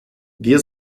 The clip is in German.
wir